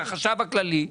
לחשב הכללי,